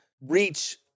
reach